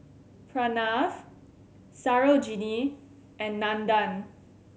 Pranav Sarojini and Nandan